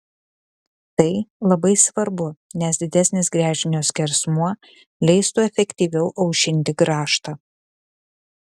tai labai svarbu nes didesnis gręžinio skersmuo leistų efektyviau aušinti grąžtą